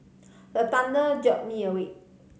the thunder jolt me awake